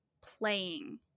playing